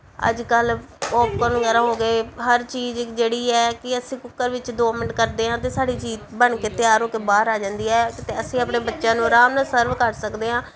ਅੱਜ ਕੱਲ ਪੋਪਕੋਰਨ ਵਗੈਰਾ ਹੋ ਗਏ ਹਰ ਚੀਜ਼ ਜਿਹੜੀ ਹੈ ਕਿ ਅਸੀਂ ਕੁੱਕਰ ਵਿੱਚ ਦੋ ਮਿੰਟ ਕਰਦੇ ਹਾਂ ਅਤੇ ਸਾਡੀ ਚੀਜ਼ ਬਣ ਕੇ ਤਿਆਰ ਹੋ ਕੇ ਬਾਹਰ ਆ ਜਾਂਦੀ ਹੈ ਅਤੇ ਅਸੀਂ ਆਪਣੇ ਬੱਚਿਆਂ ਨੂੰ ਆਰਾਮ ਨਾਲ ਸਰਵ ਕਰ ਸਕਦੇ ਹਾਂ